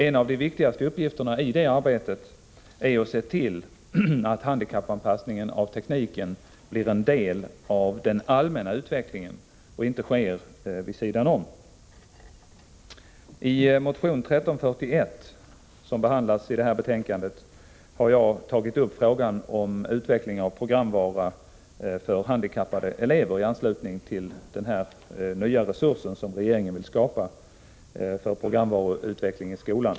En av de viktigaste uppgifterna i det arbetet är att se till att handikappanpassningen av tekniken blir en del av den allmänna utvecklingen och inte sker vid sidan om. I motion 1341, som behandlas i det här betänkandet, har jag tagit upp frågan om utveckling av programvara för handikappade elever i anslutning till den nya resurs som regeringen vill skapa för programvaruutveckling i skolan.